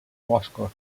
boscos